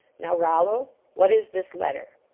now, rollo, what is this letter?